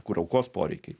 kur aukos poreikiai